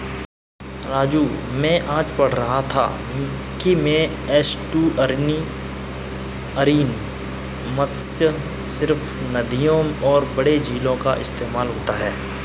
राजू मैं आज पढ़ रहा था कि में एस्टुअरीन मत्स्य सिर्फ नदियों और बड़े झीलों का इस्तेमाल होता है